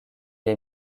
est